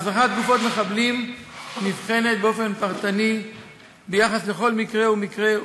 החזרת גופות מחבלים נבחנת באופן פרטני ביחס לכל מקרה ומקרה,